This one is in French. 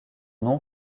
nom